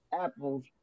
apples